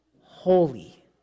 Holy